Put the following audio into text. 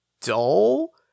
dull